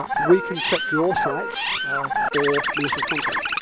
ah we can check your sites for malicious content.